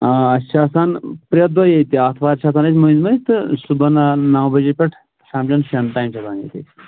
آ أسۍ چھِ آسان پرٚتھ دۄہ ییٚتہِ آتھوار چھِ آسان أسۍ مٔنٛزۍ مٔنٛزۍ تہٕ صُبحن نوَ بجے پیٚٹھٕ شامچیٚن شیٚن تام چھِ آسان ییٚتی